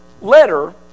letter